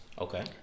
Okay